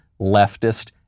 leftist